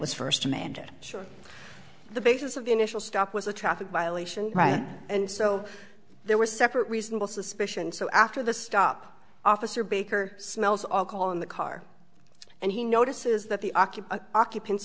was first demanded sure the basis of the initial stop was a traffic violation right and so there were separate reasonable suspicion so after the stop officer baker smells all call in the car and he notices that the occupant occupants